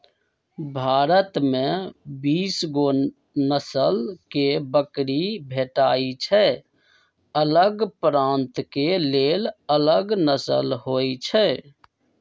भारत में बीसगो नसल के बकरी भेटइ छइ अलग प्रान्त के लेल अलग नसल होइ छइ